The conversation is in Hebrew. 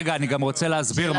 אני גם רוצה להסביר משהו,